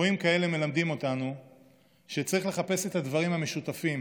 אירועים כאלה מלמדים אותנו שצריך לחפש את הדברים המשותפים: